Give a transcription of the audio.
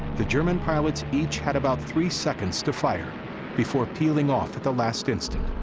the german pilots each had about three seconds to fire before peeling off at the last instant.